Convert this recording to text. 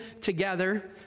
together